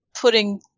putting